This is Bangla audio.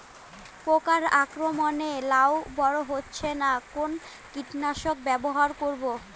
পোকার আক্রমণ এ লাউ বড় হচ্ছে না কোন কীটনাশক ব্যবহার করব?